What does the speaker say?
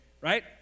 right